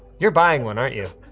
you're buying one, aren't you?